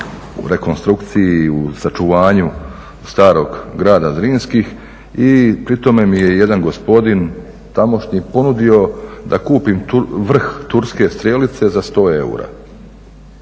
u rekonstrukciji, u sačuvanju starog grada Zrinskih i pri tome mi je jedan gospodin tamošnji ponudio da kupim vrh turske strelice za 100 eura,